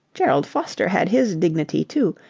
gerald foster had his dignity, too,